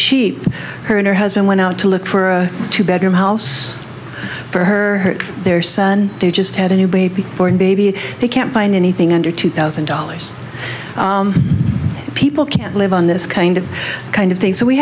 sheep her and her husband went out to look for a two bedroom house for her their son they just had a new baby born baby they can't find anything under two thousand dollars people can't live on this kind of kind of thing so we